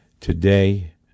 today